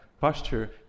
posture